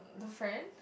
the friend